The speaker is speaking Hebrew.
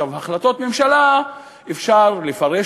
החלטות ממשלה אפשר לפרש,